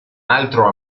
altro